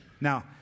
Now